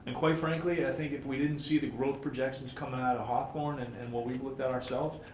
and quite frankly, i think if we didn't see the growth projections coming out of hawthorne and and what we've looked at ourselves,